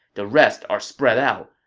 the rest are spread out.